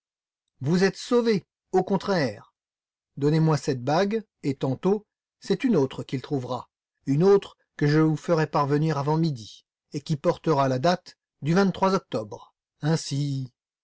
vous êtes sauvée au contraire donnez-moi cette bague et tantôt c'est une autre qu'il trouvera une autre que je vous ferai parvenir avant midi et qui portera la date du vingt-trois octobre ainsi